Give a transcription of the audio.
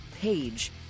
page